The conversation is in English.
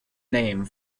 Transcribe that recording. name